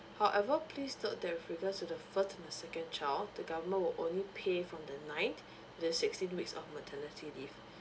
however please note that with regards to the first and the second child the government will only pay from the nine the sixteen weeks of maternity leave